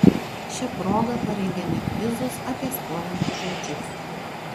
šia proga parengėme kvizus apie skolintus žodžius